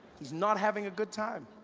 his not having a good time